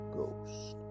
Ghost